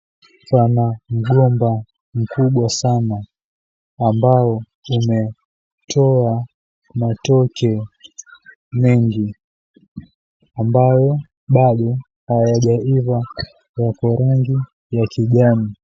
Pana mgomba mkubwa sana, ambao umetoa matoke mengi, ambao bado hayajaiva yako rangi ya kijani.